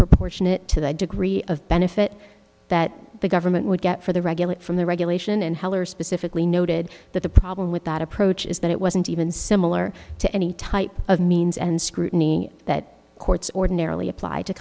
proportionate to the degree of benefit that the government would get for the regulate from the regulation and heller specifically noted that the problem with that approach is that it wasn't even similar to any type of means and scrutiny that courts ordinarily appl